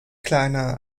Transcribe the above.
kleiner